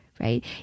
Right